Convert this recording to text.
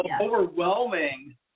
overwhelming